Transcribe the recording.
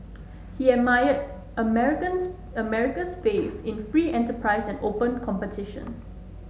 he admired American's America's faith in free enterprise and open competition